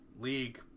league